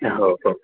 हो हो